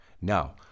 Now